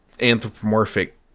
anthropomorphic